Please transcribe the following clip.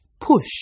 Push